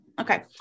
Okay